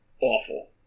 awful